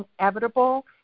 inevitable